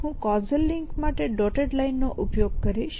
હું causal link માટે dotted લાઇનનો ઉપયોગ કરીશ